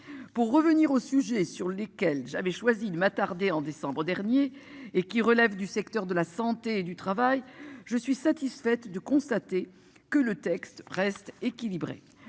Pour revenir au sujet, sur lesquels j'avais choisi de m'attarder en décembre dernier et qui relèvent du secteur de la santé du travail. Je suis satisfaite de constater que le texte reste équilibré